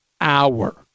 hour